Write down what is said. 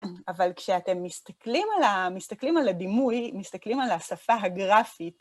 אבל כשאתם מסתכלים על הדימוי, מסתכלים על השפה הגרפית,